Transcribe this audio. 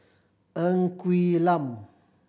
Ng Quee Lam